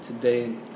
today